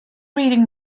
reading